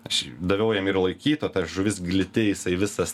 aš daviau jam ir laikyt o ta žuvis gliti jisai visas